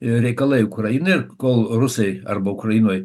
reikalaiukrainoj ir kol rusai arba ukrainoj